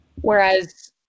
whereas